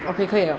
okay 可以可以了